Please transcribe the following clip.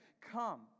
come